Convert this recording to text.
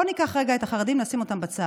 בוא ניקח רגע את החרדים ונשים אותם בצד.